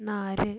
നാല്